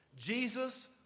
Jesus